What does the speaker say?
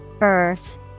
Earth